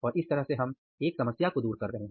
और इस तरह से हम एक समस्या को दूर कर रहे हैं